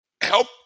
help